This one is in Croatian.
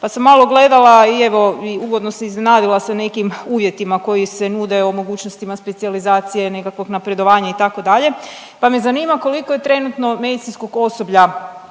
pa sam malo gledala i evo i uvodno se iznenadila sa nekim uvjetima koji se nude o mogućnostima specijalizacije, nekakvog napredovanja itd., pa me zanima koliko je trenutno medicinskog osoblja,